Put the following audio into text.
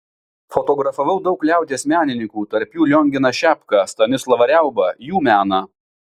fotografavau daug liaudies menininkų tarp jų lionginą šepką stanislovą riaubą jų meną